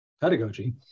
pedagogy